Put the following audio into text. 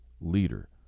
leader